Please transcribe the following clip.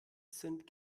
sind